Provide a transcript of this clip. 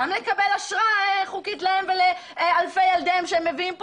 לקבל אשרה חוקית להם ולאלפי ילדיהם שהם מביאים פה?